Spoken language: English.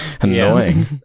annoying